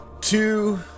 two